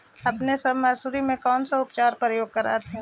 अपने सब मसुरिया मे कौन से उपचार के प्रयोग कर हखिन?